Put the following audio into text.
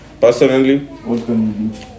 Personally